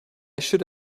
should